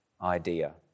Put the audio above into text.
idea